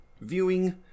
viewing